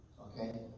Okay